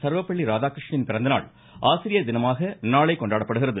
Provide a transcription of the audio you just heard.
சர்வபள்ளி ராதாகிருஷ்ணனின் பிறந்தநாள் ஆசிரியர் தினமாக நாளை கொண்டாடப்படுகிறது